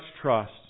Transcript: trust